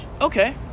Okay